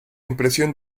impresión